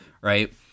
right